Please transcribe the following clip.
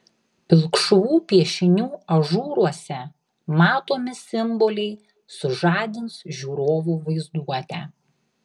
pilkšvų piešinių ažūruose matomi simboliai sužadins žiūrovo vaizduotę